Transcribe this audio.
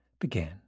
began